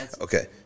Okay